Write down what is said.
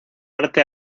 arte